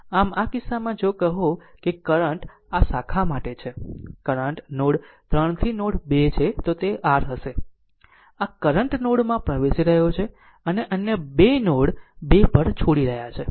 આમ આ કિસ્સામાં જો કહો કે કરંટ આ શાખા માટે છે કરંટ નોડ 3 થી નોડ 2 છે તો તે r હશે આ કરંટ નોડ માં પ્રવેશી રહ્યો છે અને અન્ય બે નોડ 2 પર છોડી રહ્યા છે